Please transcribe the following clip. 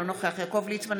אינו נוכח יעקב ליצמן,